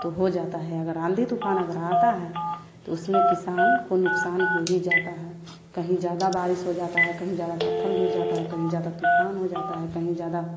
तो हो जाता हैं अगर आंधी तूफान अगर आता हैं तो उसमें किसान को नुकसान हो ही जाता हैं कहीं ज़्यादा बारिश हो जाता हैं कहीं ज़्यादा पत्थर गिर जाता हैं कहीं ज़्यादा तूफान हो जाता हैं कहीं ज़्यादा